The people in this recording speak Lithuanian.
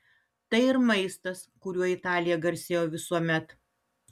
tai ir maistas kuriuo italija garsėjo visuomet